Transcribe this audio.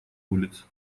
улиц